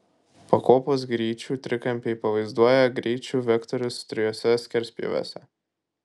pakopos greičių trikampiai pavaizduoja greičių vektorius trijuose skerspjūviuose